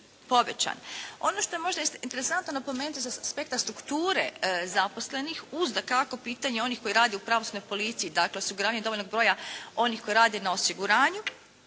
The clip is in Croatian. Ono što je možda interesantno napomenuti sa aspekta strukture zaposlenih uz dakako pitanje onih koji rade u Pravosudnoj policiji, dakle osiguranje dovoljnog broja onih koji rade na osiguranju,